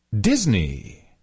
Disney